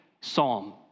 psalm